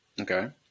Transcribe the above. Okay